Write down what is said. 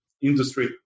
industry